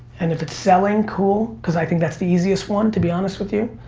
and if it's selling, cool, cause i think that's the easiest one to be honest with you.